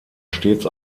stets